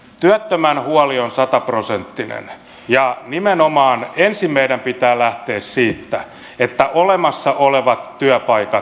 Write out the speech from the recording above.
työttömän huoli on sataprosenttinen ja nimenomaan ensin meidän pitää lähteä siitä että olemassa olevat työpaikat säilytetään